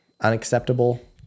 unacceptable